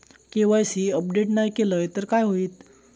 KYC update नाय केलय तर काय होईत?